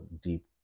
deep